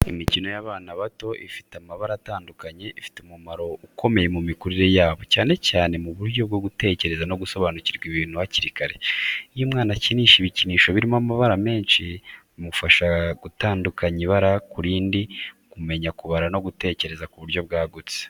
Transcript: Imikino y’abana bato ifite amabara atandukanye ifite umumaro ukomeye mu mikurire yabo, cyane cyane mu buryo bwo gutekereza no gusobanukirwa ibintu hakiri kare. Iyo umwana akinisha ibikinisho birimo amabara menshi, bimufasha gutandukanya ibara ku rindi, kumenya kubara, no gutekereza ku buryo bwagutse.